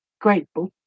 grateful